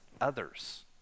others